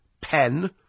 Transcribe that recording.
pen